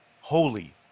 holy